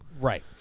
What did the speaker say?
Right